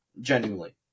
genuinely